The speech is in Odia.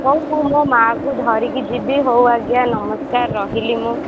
ହଉ ହଉ ମୁଁ ମୋ ମା'କୁ ଧରିକି ଯିବି ହଉ ଆଜ୍ଞା ନମସ୍କାର ରହିଲି ମୁଁ